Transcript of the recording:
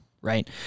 Right